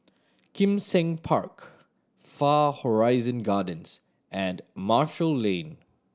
Kim Seng Park Far Horizon Gardens and Marshall Lane